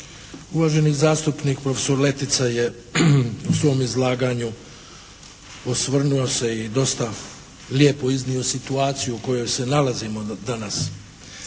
Uvaženi zastupnik profesor Letica je u svom izlaganju osvrnuo se i dosta lijepo iznio situaciju u kojoj se nalazimo danas.